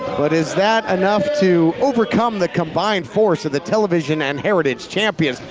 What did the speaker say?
but is that enough to overcome the combine force of the television and heritage champions.